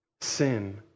Sin